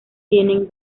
tienen